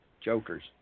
jokers